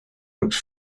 looks